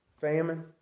famine